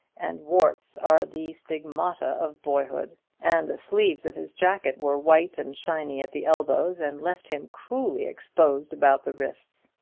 and warts are the stigmata of boyhood and the sleeves of his jacket were white and shiny at the elbows, and left him cruelly exposed about the wrists.